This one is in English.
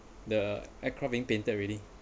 the aircraft being painted already